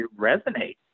resonate